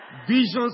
Visions